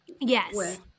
Yes